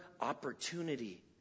opportunity